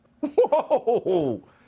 Whoa